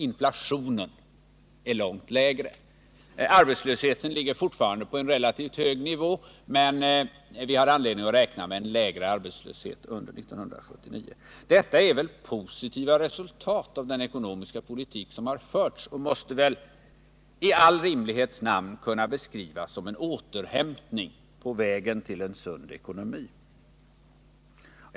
Inflationen är vida lägre. Arbetslösheten ligger fortfarande på en relativt hög nivå, men vi har anledning att räkna med en lägre arbetslöshet under 1979. Detta är väl positiva resultat av den ekonomiska politik som förts och måste väl i all rimlighets namn kunna beskrivas som en återhämtning på vägen till en sund ekonomi.